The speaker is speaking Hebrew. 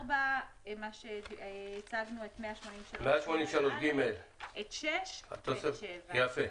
4, מה שהצגנו, את 183ג(א); את 6 ואת 7. יפה.